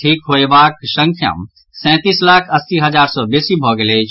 ठीक होयबाक संख्या सैंतीस लाख अस्सी हजार सँ बेसी भऽ गेल अछि